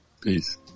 Peace